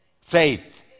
faith